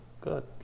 good